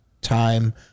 time